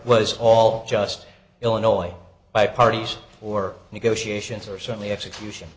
was all just illinois by parties or negotiations or certainly execution